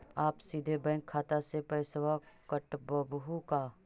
आप सीधे हमर बैंक खाता से पैसवा काटवहु का?